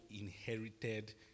inherited